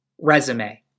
resume